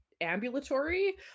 ambulatory